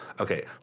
Okay